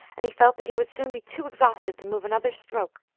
and he felt that he would soon be too exhausted to move another stroke.